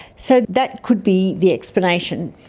so that could be the explanation.